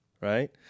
right